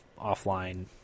offline